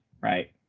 Right